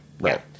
Right